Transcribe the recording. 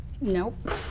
Nope